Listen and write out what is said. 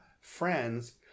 friends